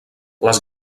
les